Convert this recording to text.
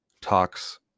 Talks